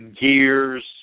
gears